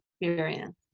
experience